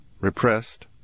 repressed